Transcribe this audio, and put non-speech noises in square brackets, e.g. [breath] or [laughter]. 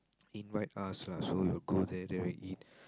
invite us lah so we'll go there then we eat [breath]